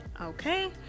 okay